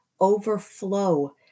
overflow